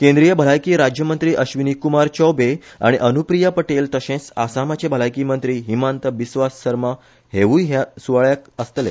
केंद्रीय भलायकी राज्यमंत्री अश्विनी कुमार चौबे आनी अनुप्रिया पटेल तशेच आसामाचे भलायकी मंत्री हिमांत बिस्वा सर्मा हेवूय सुवाळ्याक आसतले